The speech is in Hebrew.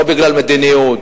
לא בגלל מדיניות,